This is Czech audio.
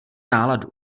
náladu